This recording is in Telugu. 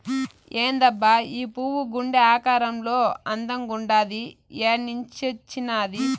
ఏందబ్బా ఈ పువ్వు గుండె ఆకారంలో అందంగుండాది ఏన్నించొచ్చినాది